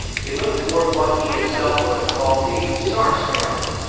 he looked toward what he himself would have called the sarce garden,